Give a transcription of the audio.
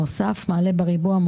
מעלה בריבוע,